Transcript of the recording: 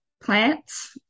plants